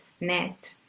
net